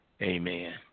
Amen